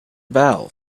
bell